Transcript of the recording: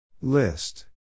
List